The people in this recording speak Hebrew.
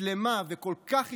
שלמה וכל כך ישראלית: